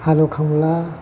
हालएवखांब्ला